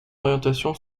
orientation